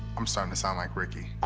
i'm starting to sound like ricky.